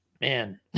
man